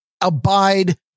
abide